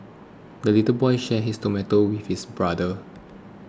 the little boy shared his tomato with brother